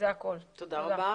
תודה רבה.